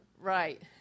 Right